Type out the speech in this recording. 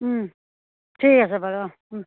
ঠিক আছে বাৰু অঁ